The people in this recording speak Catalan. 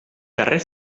carrer